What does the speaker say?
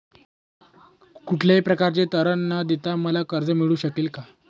कुठल्याही प्रकारचे तारण न देता मला कर्ज मिळू शकेल काय?